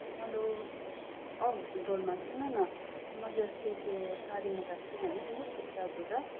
hello ओएस डोल्मा सुन न मैले अस्ति त्यो साडी मगाएको छु भने नि फ्लिपकार्टबाट